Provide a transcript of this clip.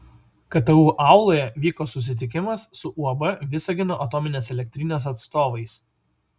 ktu auloje vyko susitikimas su uab visagino atominės elektrinės atstovais